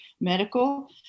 medical